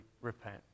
repent